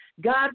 God